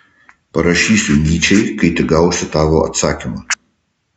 parašysiu nyčei kai tik gausiu tavo atsakymą